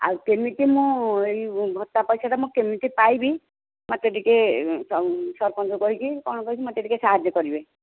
ଆଉ କେମିତି ମୁଁ ଏହି ଭତ୍ତା ପଇସାଟା ମୁଁ କେମିତି ପାଇବି ମୋତେ ଟିକେ ସରପଞ୍ଚଙ୍କୁ କହିକି କ'ଣ କହିକି ମୋତେ ଟିକେ ସାହାଯ୍ୟ କରିବେ